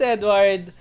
Edward